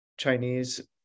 Chinese